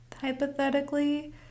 hypothetically